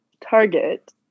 Target